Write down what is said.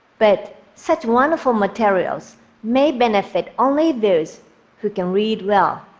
but such wonderful materials may benefit only those who can read well,